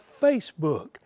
Facebook